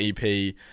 EP